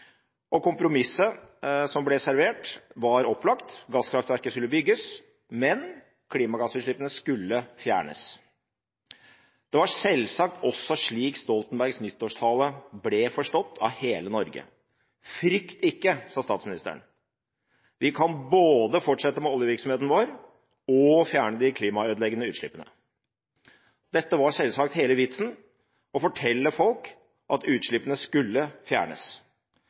og kompromisset som ble servert, var opplagt: Gasskraftverket skulle bygges, men klimagassutslippene skulle fjernes. Det var selvsagt også slik Stoltenbergs nyttårstale ble forstått av hele Norge. Frykt ikke, sa statsministeren, vi kan både fortsette med oljevirksomheten vår og fjerne de klimaødeleggende utslippene. Å fortelle folk at utslippene skulle fjernes,